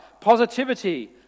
positivity